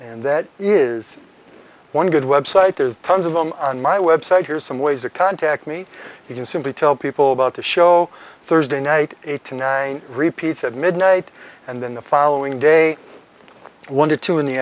and that is one good website there's tons of them on my website here's some ways to contact me you can simply tell people about the show thursday night eight to nine repeats at midnight and then the following day one or two in the